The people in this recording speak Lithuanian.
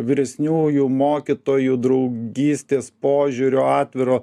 vyresniųjų mokytojų draugystės požiūrio atviro